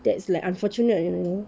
that's like unfortunate you know